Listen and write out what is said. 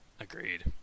agreed